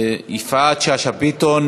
יפעת שאשא ביטון.